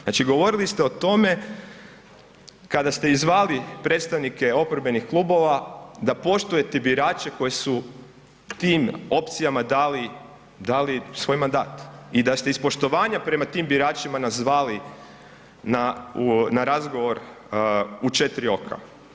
Znači, govorili ste o tome kada ste i zvali predstavnike oporbenih klubova da poštujete birače koji su tim opcijama dali, dali svoj mandat i da ste iz poštovanja prema tim biračima nas zvali na, u, na razgovor u 4 oka.